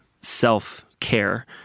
self-care